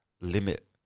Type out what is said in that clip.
limit